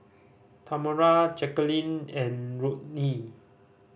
Tamera Jacquelin and Rodney